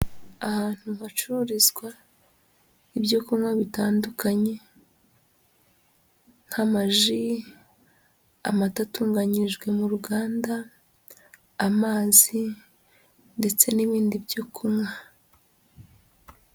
Ahantu hacururizwa ibyo kunywa bitandukanye nk'amaji, amata atunganyijwe mu ruganda, amazi ndetse n'ibindi byo kunywa.